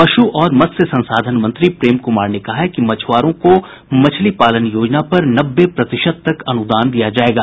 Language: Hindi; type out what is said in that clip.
पशु और मत्स्य संसाधन मंत्री प्रेम कुमार ने कहा है कि मछुआरों को मछली पालन योजना पर नब्बे प्रतिशत तक अनुदान दिया जायेगा